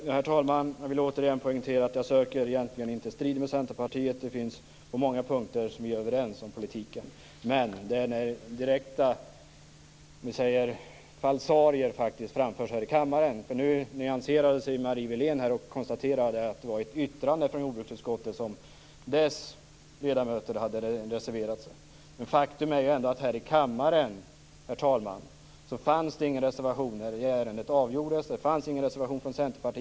Herr talman! Jag vill återigen poängtera att jag egentligen inte söker strid med Centerpartiet. Vi är överens om politiken på många punkter, men jag måste uttala mig när direkta falsarier framförs här i kammaren. Nu nyanserade sig Marie Wilén och konstaterade att det hon talade om var ett yttrande från jordbruksutskottet, där dess ledamöter hade reserverat sig. Men faktum är, herr talman, att det inte fanns någon reservation från Centerpartiets sida här i kammaren när ärendet avgjordes.